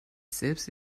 selbst